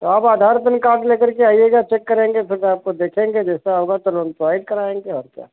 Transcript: तो आप Aadhaar PAN card लेकर के आइएगा चेक करेंगे फिर आपको देखेंगे जैसा होगा तुरन्त प्रोवाइड कराएँगे और क्या